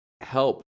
help